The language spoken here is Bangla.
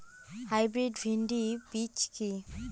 হাইব্রিড ভীন্ডি বীজ কি?